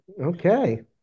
Okay